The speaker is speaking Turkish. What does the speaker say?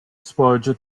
sporcu